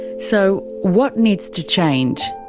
so what needs to change?